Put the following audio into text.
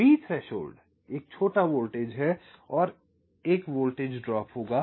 V threshold एक छोटा voltage है और एक वोल्टेज ड्रॉप होगा